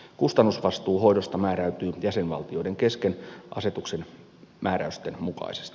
kustannusvastuu hoidosta määräytyy jäsenvaltioiden kesken asetuksen määräysten mukaisesti